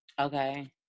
Okay